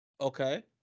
Okay